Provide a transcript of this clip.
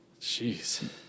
Jeez